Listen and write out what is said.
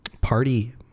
party